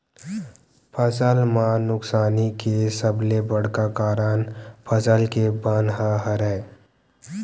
फसल म नुकसानी के सबले बड़का कारन फसल के बन ह हरय